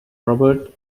robert